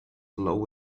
low